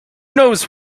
knows